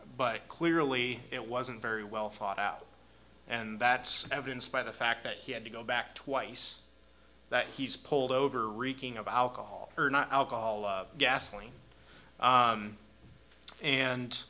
but clearly it wasn't very well thought out and that's evidenced by the fact that he had to go back twice that he's pulled over reeking of alcohol or not alcohol gasoline and and